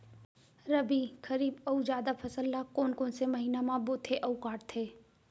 रबि, खरीफ अऊ जादा फसल ल कोन कोन से महीना म बोथे अऊ काटते?